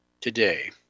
today